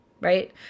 right